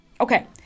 okay